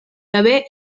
gabe